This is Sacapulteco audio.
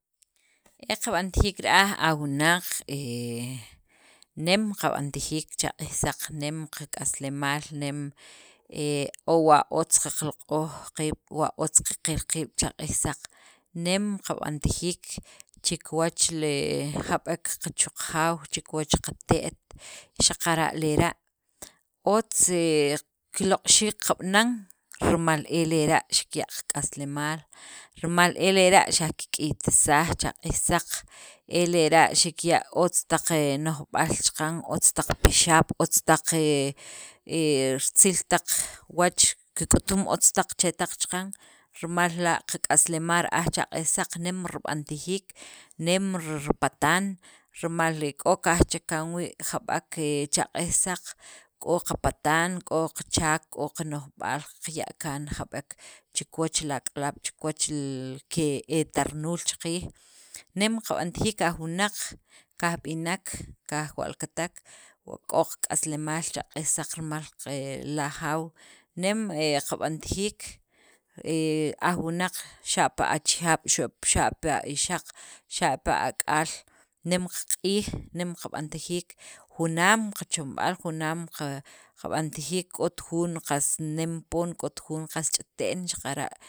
e kab'antajiik ra'aj aj wunaq nem qab'antajiik cha q'iij saq nem qak'aslemaal nem ewa otz qaloq'oj qiib' wa otz qaqil qiib' chaq'ij saq nem qab'antajiik chikiwach jab'ek chu qajaw chi kawach qatet' xaqara' lera' otz kiloq'xiik kab'ana rimal e lera' xikya' qak'aslemaal rimal e lera' xaq kik'ytisaj cha q'iij saq e lera' xikya' otz taq no'jb'aal chaqan otz taq pixaab' otz taq ritzil taq wach kik'utum otz taq chetaq chaqan rimal la' qak'aslemaal ra'aj chaq'ij saq nem rib'antajiik nem ripatan rimal k'o kajchakan wii' jab'ek cha q'iij saq k'o qatan k'o qachaak k'o qano'jb'aal qaya' kaan chikiwach li ak'alaab' chi kiwach e tarnuul chaqiij nem kab'antajiik aj wunaq kajb'nek kajwalkatek wa k'o qak'aslemaal cha q'iij saq rimal li ajaaw nem qab'antajiik aj wunaq xapa' achejaab' xapa' ixaq xa'pa ak'aal nem qaq'iij nem qab'antajiik junaam qachomb'al junaam qab'antajiik k'ot jun qas nem poon k'ot jun qas ch'te'n xaqara'.